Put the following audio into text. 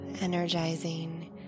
energizing